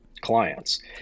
clients